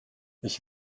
ich